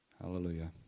Hallelujah